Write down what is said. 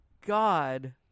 God